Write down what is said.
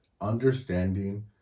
understanding